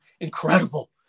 incredible